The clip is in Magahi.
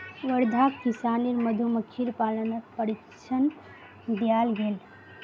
वर्धाक किसानेर मधुमक्खीर पालनत प्रशिक्षण दियाल गेल